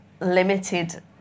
limited